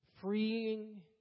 freeing